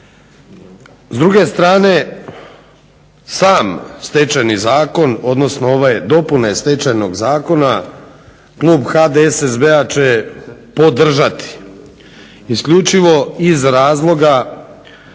S druge strane sam Stečajni zakon, odnosno ove dopune Stečajnog zakona klub HDSSB-a će podržati isključivo iz razloga